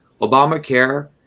Obamacare